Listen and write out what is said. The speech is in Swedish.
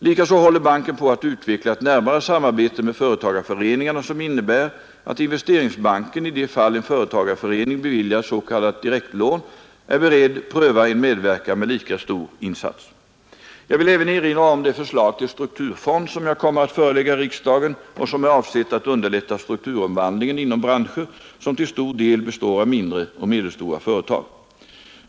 Likaså håller banken på att utveckla ett närmare samarbete med företagarföreningarna som innebär att Investeringsbanken, i de fall en företagarförening beviljar ett s.k. direktlån, är beredd pröva en medverkan med lika stor insats. Jag vill även erinra om det förslag till strukturfond som kommer att föreläggas riksdagen och som är avsett att underlätta strukturomvandlingen inom branscher som till stor del består av mindre och medelstora företag.